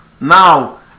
now